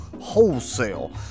wholesale